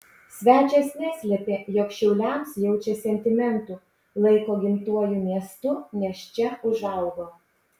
svečias neslėpė jog šiauliams jaučia sentimentų laiko gimtuoju miestu nes čia užaugo